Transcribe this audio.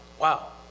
Wow